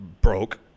broke